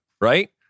right